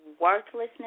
Worthlessness